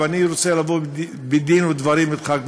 ואני רוצה לבוא בדין ודברים אתך,